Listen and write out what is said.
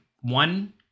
one